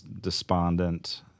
Despondent